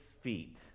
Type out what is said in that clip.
feet